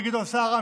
גדעון סער,